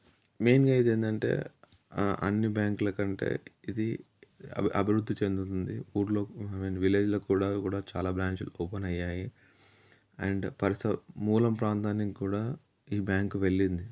మెయిన్గా ఇదేందంటే అన్ని బ్యాంక్ల కంటే ఇది అభివృద్ధి చెందుతుంది ఊర్లో అంటే విలేజ్లో కూడా కూడా చాలా బ్రాంచ్లు ఓపెన్ అయ్యాయి అండ్ పరిస మూలం ప్రాంతానికి కూడా ఈ బ్యాంక్ వెళ్ళింది